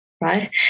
right